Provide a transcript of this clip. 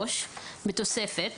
בתוספת,